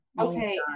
okay